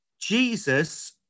Jesus